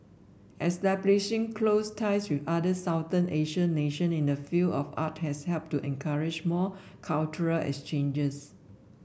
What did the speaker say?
establishing close ties with other Southeast Asian nation in the field of art has helped to encourage more cultural exchanges